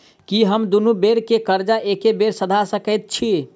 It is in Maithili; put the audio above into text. की हम दुनू बेर केँ कर्जा एके बेर सधा सकैत छी?